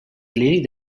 clínic